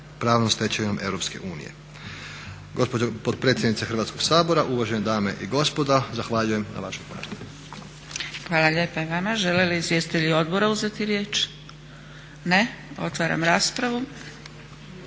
pravnom stečevinom Europske unije. Gospođo potpredsjednice Hrvatskog sabora, uvažene dame i gospodo, zahvaljujem na vašoj pažnji. **Zgrebec, Dragica (SDP)** Hvala lijepa i vama. Žele li izvjestitelji odbora uzeti riječ? Ne. Otvaram raspravu.